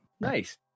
Nice